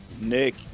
Nick